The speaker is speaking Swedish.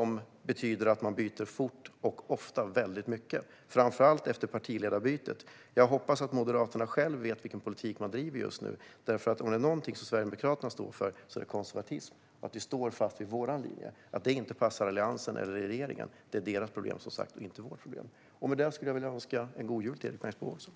och betyder att man byter fort, ofta och väldigt mycket - framför allt efter partiledarbytet. Jag hoppas att man inom Moderaterna själv vet vilken politik man just nu driver. Är det någonting Sverigedemokraterna står för är det konservatism, och vi står fast vid vår linje. Att det inte passar Alliansen eller regeringen är som sagt deras problem, inte vårt. Med det skulle jag vilja önska även Erik Bengtzboe en god jul.